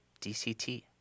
DCT